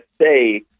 say